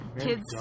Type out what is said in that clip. kids